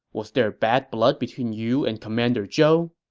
was there bad blood between you and commander zhou?